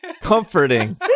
comforting